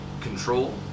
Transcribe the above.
control